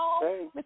hey